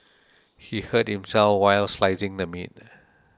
he hurt himself while slicing the meat